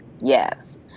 Yes